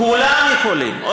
כולם יכולים.